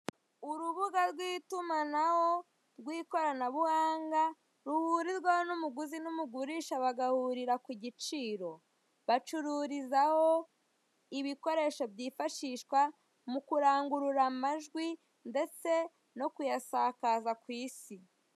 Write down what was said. Urubuga rw'itumanaho rw'ikoranabuhanga ruhurirwaho n'umuguzi n'umugurisha bagahurira ku giciro, bacururizaho ibkoresho byifashishwa mu kurangurura amajwi no kuyasakaza ku isi.